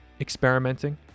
experimenting